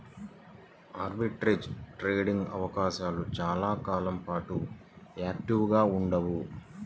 arbitrage trading అవకాశాలు చాలా కాలం పాటు యాక్టివ్గా ఉండవు